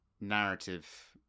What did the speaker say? narrative